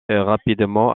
rapidement